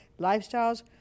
lifestyles